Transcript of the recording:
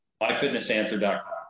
MyFitnessAnswer.com